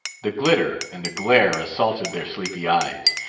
the glitter and the glare assaulted their sleepy eyes.